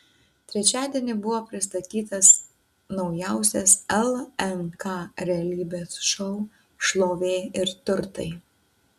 trečiadienį buvo pristatytas naujausias lnk realybės šou šlovė ir turtai